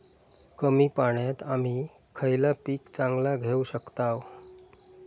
कमी पाण्यात आम्ही खयला पीक चांगला घेव शकताव?